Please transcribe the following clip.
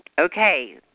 Okay